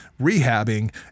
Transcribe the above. rehabbing